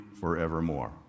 forevermore